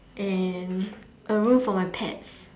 and a room for my pets